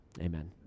Amen